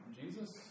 Jesus